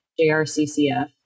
JRCCF